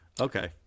Okay